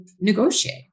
negotiate